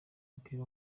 w’umupira